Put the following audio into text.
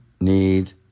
need